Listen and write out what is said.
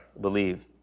believe